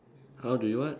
how do you what